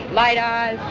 light eyes,